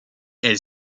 elle